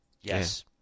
Yes